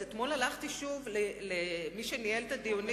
עוד אתמול הלכתי שוב למי שניהל את הדיונים,